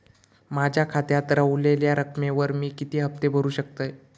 माझ्या खात्यात रव्हलेल्या रकमेवर मी किती हफ्ते भरू शकतय?